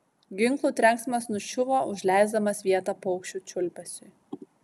ginklų trenksmas nuščiuvo užleisdamas vietą paukščių čiulbesiui